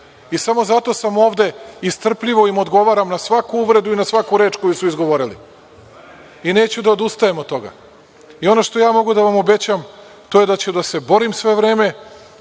I, samo zato sam ovde i strpljivo im odgovaram na svaku uvredu, na svaku reč koju su izgovorili i neću da odustajem od toga.I, ono što ja mogu da vam obećam, to je da ću da se borim sve vreme